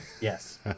Yes